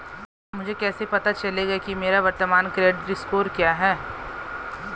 मुझे कैसे पता चलेगा कि मेरा वर्तमान क्रेडिट स्कोर क्या है?